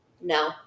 no